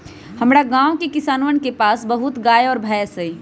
हमरा गाँव के किसानवन के पास बहुत गाय और भैंस हई